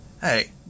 Hey